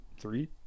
three